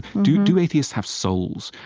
do do atheists have souls?